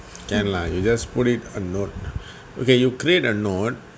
can lah you just put in a note okay you create a note